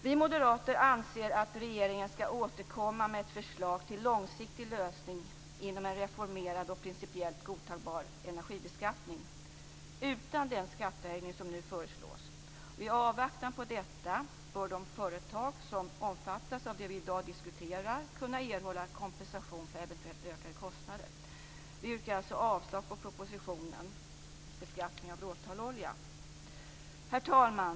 Vi moderater anser att regeringen skall återkomma med ett förslag till långsiktig lösning inom en reformerad och principiellt godtagbar energibeskattning, utan den skattehöjning som nu föreslås. I avvaktan på detta bör de företag som omfattas av det vi i dag diskuterar kunna erhålla kompensation för eventuellt ökade kostnader. Vi yrkar alltså avslag på propositionen om beskattning av råtallolja. Herr talman!